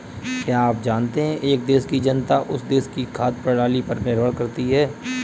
क्या आप जानते है एक देश की जनता उस देश की खाद्य प्रणाली पर निर्भर करती है?